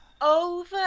over